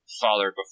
father